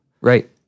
Right